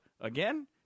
Again